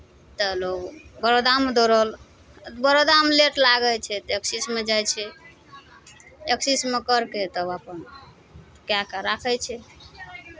तऽ लोक बड़ोदामे दौड़ल बड़ोदामे लेट लागै छै तऽ एक्सिसमे जाइ छै एक्सिसमे करलकै तऽ अपन कए कऽ राखै छै